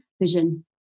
vision